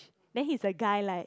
then he's a guy like